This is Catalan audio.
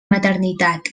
maternitat